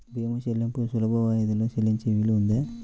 భీమా చెల్లింపులు సులభ వాయిదాలలో చెల్లించే వీలుందా?